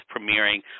premiering